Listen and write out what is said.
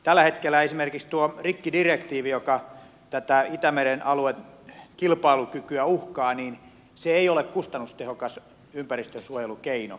tällä hetkellä esimerkiksi tuo rikkidirektiivi joka tätä itämeren alueen kilpailukykyä uhkaa ei ole kustannustehokas ympäristönsuojelukeino